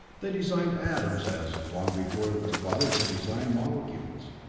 they designed atoms as, long before, their fathers had designed molecules.